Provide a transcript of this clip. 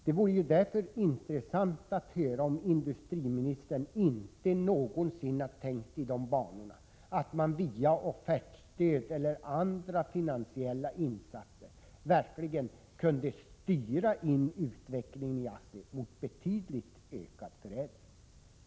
Det vore därför intressant att höra om industriministern inte någonsin har tänkt sig att man via offertstöd eller andra finansiella insater verkligen skulle kunna styra utvecklingen i ASSI mot en betydligt ökad förädling.